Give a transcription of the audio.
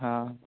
हँ